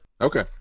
Okay